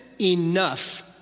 enough